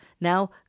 now